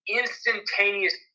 instantaneous